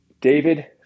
David